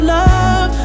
love